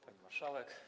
Pani Marszałek!